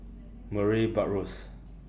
Murray Buttrose